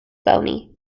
bony